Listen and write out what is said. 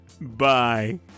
Bye